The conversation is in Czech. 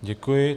Děkuji.